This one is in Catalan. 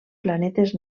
planetes